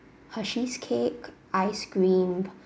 hershey's cake ice cream